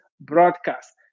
broadcast